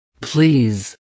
please